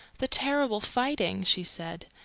the terrible fighting! she said.